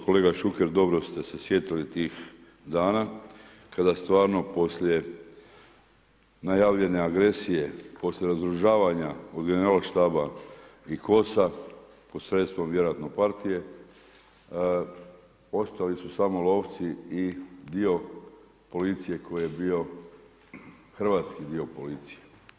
Kolega Šuker dobro ste se sjetili tih dana, kada stvarno poslije najavljene agresije, poslije razoružavanja od generalštaba i KOS-a posredstvom vjerojatno partije, ostali su samo lovci i dio policije koji je bio hrvatski dio policije.